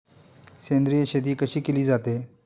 सेंद्रिय शेती कशी केली जाते?